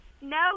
No